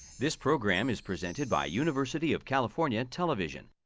this program is presented by university of california television.